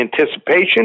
anticipation